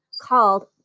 called